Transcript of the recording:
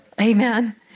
amen